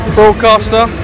broadcaster